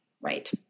Right